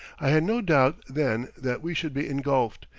i had no doubt then that we should be engulfed,